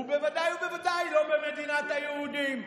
ובוודאי ובוודאי לא במדינת היהודים.